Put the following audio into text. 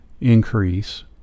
increase